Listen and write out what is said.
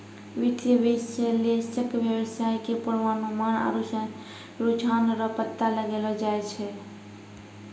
वित्तीय विश्लेषक वेवसाय के पूर्वानुमान आरु रुझान रो पता लगैलो जाय छै